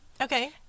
Okay